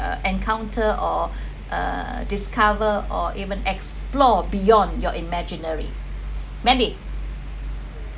uh encounter or uh discover or even explore beyond your imaginary mandy